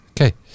okay